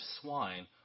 swine